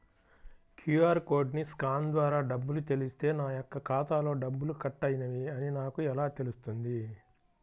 QR కోడ్ని scan ద్వారా డబ్బులు చెల్లిస్తే నా యొక్క ఖాతాలో డబ్బులు కట్ అయినవి అని నాకు ఎలా తెలుస్తుంది?